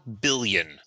billion